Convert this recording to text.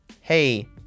hey